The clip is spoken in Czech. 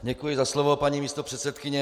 Děkuji za slovo, paní místopředsedkyně.